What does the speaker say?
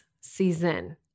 season